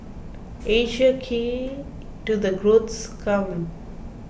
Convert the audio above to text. Asia key to the growth come